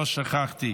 לא שכחתי.